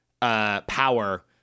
power